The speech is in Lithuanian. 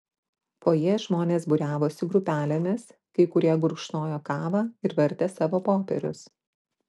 fojė žmonės būriavosi grupelėmis kai kurie gurkšnojo kavą ir vartė savo popierius